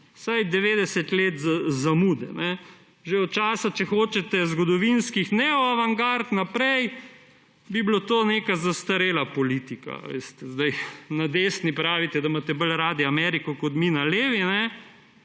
vsaj 90 let zamude. Že od časa, če hočete, zgodovinskih neoavantgard naprej bi bila to zastarela politika, veste. Na desni pravite, da imate bolj radi Ameriko kot mi na levi